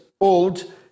old